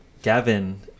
gavin